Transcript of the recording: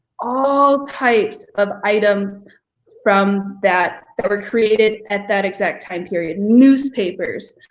all types of items from that, that were created at that exact time period. newspapers,